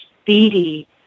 speedy